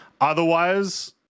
Otherwise